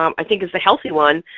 um i think, is the healthy one,